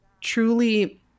truly